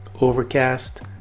overcast